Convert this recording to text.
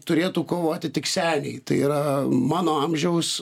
turėtų kovoti tik seniai tai yra mano amžiaus